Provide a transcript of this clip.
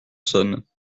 saône